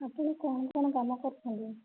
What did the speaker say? ଆପଣ କ'ଣ କ'ଣ କାମ କରିଥାନ୍ତି